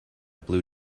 blue